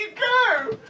go!